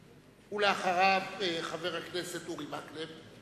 אחריו, חבר הכנסת אורי מקלב.